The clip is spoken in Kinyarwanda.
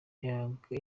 kwibandaho